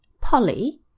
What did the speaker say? Polly